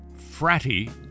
fratty